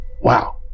Wow